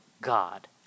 God